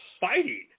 fighting